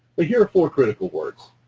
but here are four critical words.